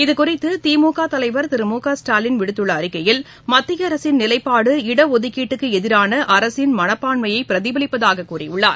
இதுகறித்து திமுக தலைவர் திரு மு க வஸ்டாலின் விடுத்துள்ள அறிக்கையில் மத்திய அரசின் நிலைப்பாடு இடஒதுக்கீட்டுக்கு எதிரான அரசின் மனப்பான்மையை பிரதிபலிப்பதாக கூறியுள்ளார்